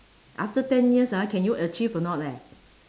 after ten years ah can you achieve or not leh